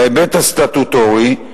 בהיבט הסטטוטורי,